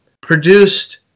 produced